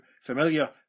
familiar